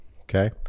Okay